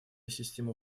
систему